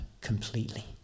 completely